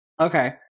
Okay